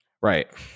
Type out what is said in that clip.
Right